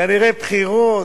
כנראה בחירות,